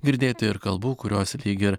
girdėti ir kalbų kurios lyg ir